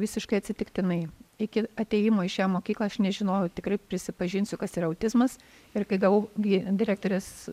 visiškai atsitiktinai iki atėjimo į šią mokyklą aš nežinojau tikrai prisipažinsiu kas yra autizmas ir kai gavau gi direktorės